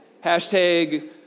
hashtag